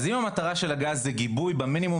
אז אם המטרה של הגז זה גיבוי במינימום